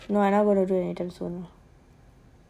I'm not gonna do anytime soon